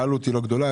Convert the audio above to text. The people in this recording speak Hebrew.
העלות לא גדולה.